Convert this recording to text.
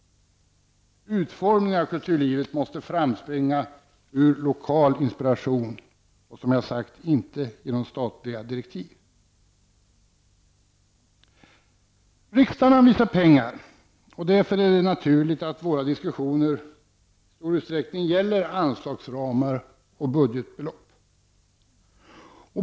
Utformningen av kulturlivet måste framspringa ur lokal inspiration och inte, som jag har sagt, genom statliga direktiv. Riksdagen anvisar pengar. Därför är det naturligt att våra diskussioner i stor utsträckning gäller anslagsramar och budgetbelopp.